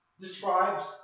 Describes